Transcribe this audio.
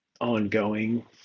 ongoing